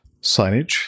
signage